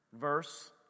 verse